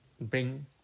bring